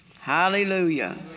Hallelujah